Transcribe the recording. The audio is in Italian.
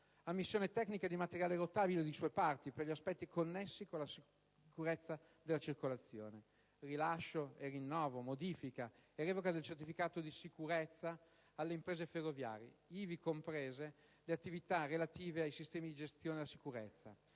ammissione tecnica di materiale rotabile o di sue parti, per gli aspetti connessi con la sicurezza della circolazione; rilascio, rinnovo, modifica e revoca del certificato di sicurezza alle imprese ferroviarie, ivi comprese le attività relative ai sistemi di gestione della sicurezza;